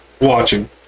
watching